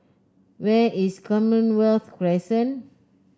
where is Commonwealth Crescent